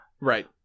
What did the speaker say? Right